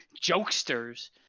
jokesters